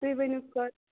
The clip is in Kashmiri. تُہۍ ؤنِو کَر